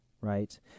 right